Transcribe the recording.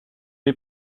les